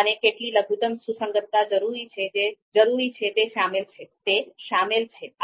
અને કેટલી લઘુતમ સુસંગતતા જરૂરી છે તે શામેલ છે